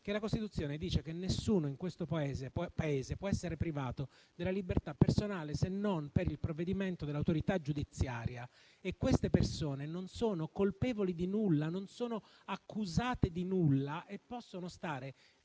che la Costituzione dice che nessuno in questo Paese può essere privato della libertà personale se non per un provvedimento dell'autorità giudiziaria. Queste persone non sono colpevoli di nulla e non sono accusate di nulla, ma possono stare